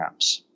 apps